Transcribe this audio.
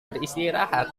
beristirahat